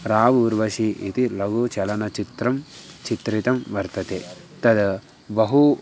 रा उर्वशी इति लघु चलनचित्रं चित्रितं वर्तते तद् बहु